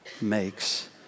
makes